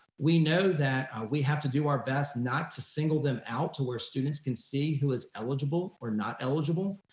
we know that we have to do our best not to single them out to where students can see who is eligible or not eligible,